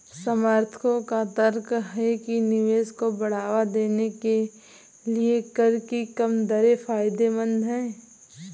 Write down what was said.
समर्थकों का तर्क है कि निवेश को बढ़ावा देने के लिए कर की कम दरें फायदेमंद हैं